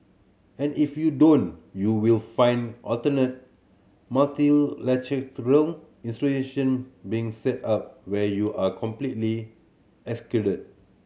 and if you don't you will find alternate multilateral grow institution being set up where you are completely excluded